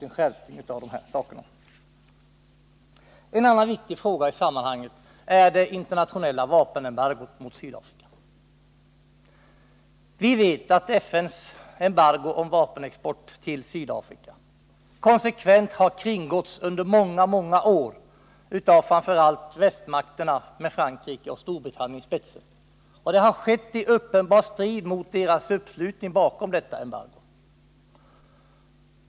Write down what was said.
En annan viktig fråga i sammanhanget är det internationella vapenembargot mot Sydafrika. Vi vet att FN:s embargo under många år konsekvent har kringgåtts av framför allt västmakterna med Frankrike och Storbritannien i spetsen. Det har skett i uppenbar strid mot deras uppslutning bakom beslutet om vapenembargot.